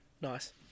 Nice